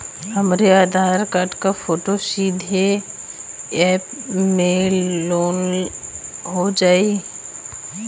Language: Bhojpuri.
हमरे आधार कार्ड क फोटो सीधे यैप में लोनहो जाई?